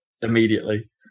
immediately